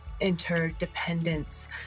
interdependence